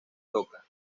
toca